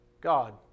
God